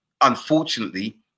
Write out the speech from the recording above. unfortunately